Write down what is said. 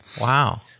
Wow